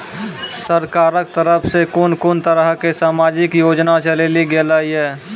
सरकारक तरफ सॅ कून कून तरहक समाजिक योजना चलेली गेलै ये?